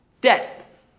debt